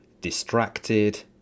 distracted